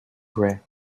gray